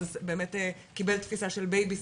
זה באמת קיבל תפיסה של בייביסיטר,